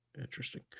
interesting